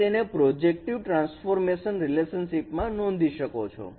તમે તેને projective transformation relationship માં નોંધી શકો છો